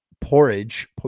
Porridge